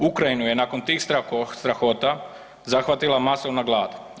Ukrajinu je nakon tih strahota zahvatila masovna glad.